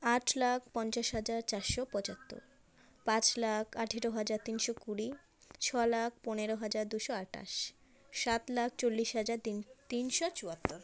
আট লাখ পঞ্চাশ হাজার চারশো পঁচাত্তর পাঁচ লাখ আঠেরো হাজার তিনশো কুড়ি ছ লাখ পনেরো হাজার দুশো আঠাশ সাত লাখ চল্লিশ হাজার তিনশো চুয়াত্তর